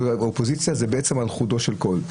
והאופוזיציה זה בעצם על חודו של קול,